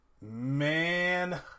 man